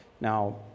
Now